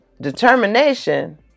determination